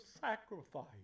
sacrifice